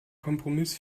kompromiss